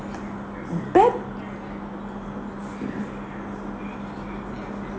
mm bad